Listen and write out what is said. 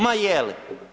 Ma je li?